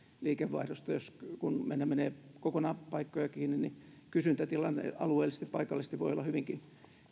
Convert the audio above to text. liikevaihdosta kun meillä menee kokonaan paikkoja kiinni niin kysyntätilanne alueellisesti paikallisesti voi olla hyvinkin